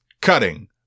cutting